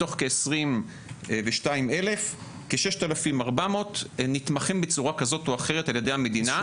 מתוך כ-22,000 כ-6,400 נתמכים בצורה כזאת או אחרת על ידי המדינה.